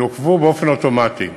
יעוכבו באופן אוטומטי.